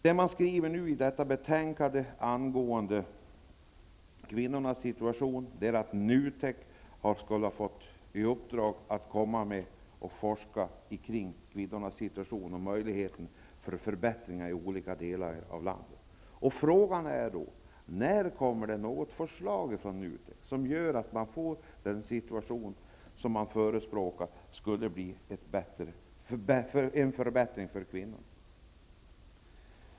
Det som skrivs i det nu aktuella betänkandet angående kvinnornas situation är att NUTEK har fått i uppdrag att forska kring möjligheterna att åstadkomma en förbättring i olika delar av landet. Frågan är då: När kommer det något förslag från NUTEK som innebär att den situation som man förespråkar skulle bli en förbättring för kvinnor?